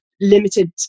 limited